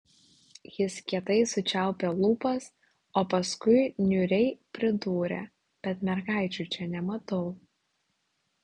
jis kietai sučiaupė lūpas o paskui niūriai pridūrė bet mergaičių čia nematau